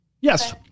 Yes